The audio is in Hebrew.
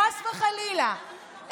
חס וחלילה,